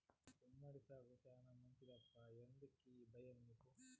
గుమ్మడి సాగు శానా మంచిదప్పా ఎందుకీ బయ్యం నీకు